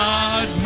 God